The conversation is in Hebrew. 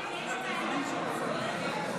יש תקלה טכנית, מייד זה יתוקן ואנחנו נמשיך.